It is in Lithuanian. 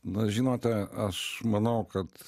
na žinote aš manau kad